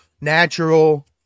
natural